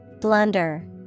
Blunder